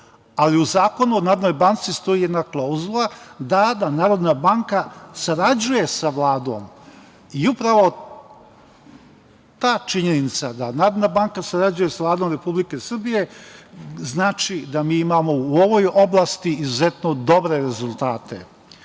Ali u Zakonu o Narodnoj banci stoji jedna klauzula ta da Narodna banka sarađuje sa Vladom i upravo ta činjenica da Narodna banka sarađuje sa Vladom Republike Srbije znači da mi imamo u ovoj oblasti izuzetno dobre rezultate. Upravo